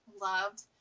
loved